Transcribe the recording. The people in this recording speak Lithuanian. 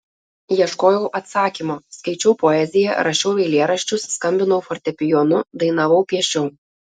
ieškojau atsakymo skaičiau poeziją rašiau eilėraščius skambinau fortepijonu dainavau piešiau